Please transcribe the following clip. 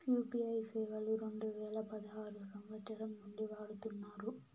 UPI సేవలు రెండు వేల పదహారు సంవచ్చరం నుండి వాడుతున్నారు